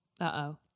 Uh-oh